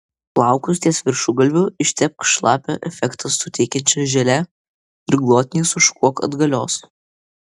plaukus ties viršugalviu ištepk šlapią efektą suteikiančia želė ir glotniai sušukuok atgalios